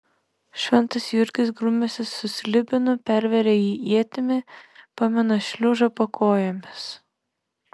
šventas jurgis grumiasi su slibinu perveria jį ietimi pamina šliužą po kojomis